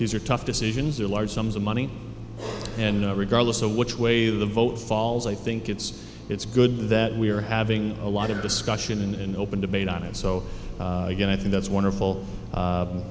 these are tough decisions or large sums of money and regardless of which way the vote falls i think it's it's good that we're having a lot of discussion and open debate on it so again i think that's wonderful